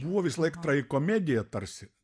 buvo visąlaik tragikomedija tarsi